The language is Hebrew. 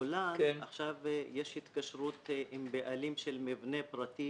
הגולן התקשרות עם בעלים של מבנה פרטי